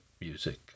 music